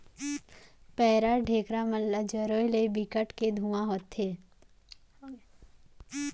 पैरा, ढेखरा मन ल जरोए ले बिकट के धुंआ होथे